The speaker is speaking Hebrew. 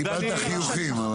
קיבלת חיוכים.